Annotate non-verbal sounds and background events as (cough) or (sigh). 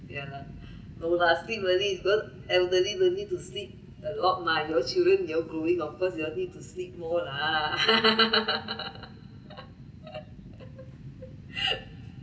ya lah no lah still early don't early don't need to sleep a lot mah you all children you all growing of course you all need to sleep more more lah (laughs)